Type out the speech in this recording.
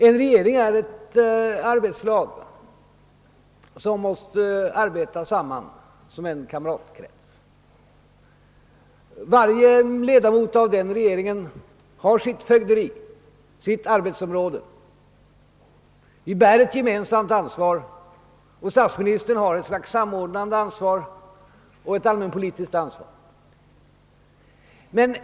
En regering är ett arbetslag som måste samarbeta som en kamratkrets. Varje ledamot av denna regering har sitt fögderi. Vi bär ett gemensamt ansvar, och statsministern har ett slags samordnande funktion och ett allmänpolitiskt ansvar.